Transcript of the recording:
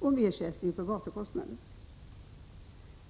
om ersättning för gatukostnader.